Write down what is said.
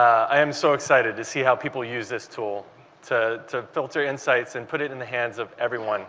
i'm so excite ed to see how people use this tool to to filter insights and put it in the hands of everyone